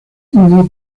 humo